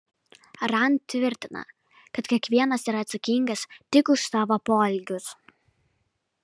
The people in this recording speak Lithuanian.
rand tvirtina kad kiekvienas yra atsakingas tik už savo poelgius